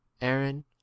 Aaron